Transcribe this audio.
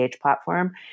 platform